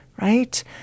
right